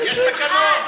יש תקנון.